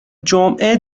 جمعه